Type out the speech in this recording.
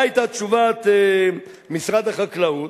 מה היתה תשובת משרד החקלאות?